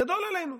גדול עלינו.